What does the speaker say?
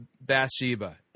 Bathsheba